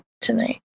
tonight